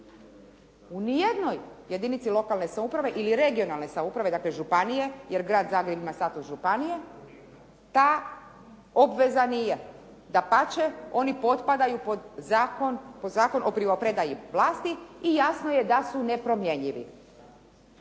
U nijednoj jedinici lokalne samouprave ili regionalne samouprave dakle županije jer Grad Zagreb ima status županije ta obveza nije. Dapače, oni potpadaju pod Zakon o primopredaji vlasti i jasno je da su nepromjenjivi